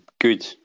good